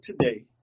today